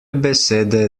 besede